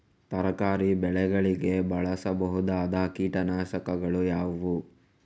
ತರಕಾರಿ ಬೆಳೆಗಳಿಗೆ ಬಳಸಬಹುದಾದ ಕೀಟನಾಶಕಗಳು ಯಾವುವು?